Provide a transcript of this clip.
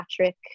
Patrick